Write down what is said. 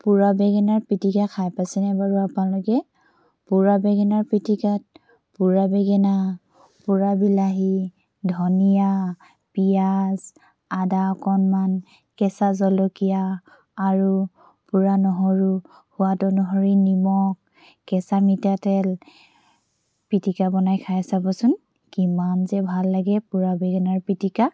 পোৰা বেঙেনাৰ পিটিকা খাই পাইছেনে বাৰু আপোনালোকে পোৰা বেঙেনাৰ পিটিকাত পোৰা বেগেনা পোৰা বিলাহী ধনিয়া পিঁয়াজ আদা অকণমান কেঁচা জলকীয়া আৰু পোৰা নহৰু সোৱাদ অনুসৰি নিমখ কেঁচা মিঠাতেল পিটিকা বনাই খাই চাবচোন কিমান যে ভাল লাগে পোৰা বেঙেনাৰ পিটিকা